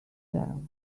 gel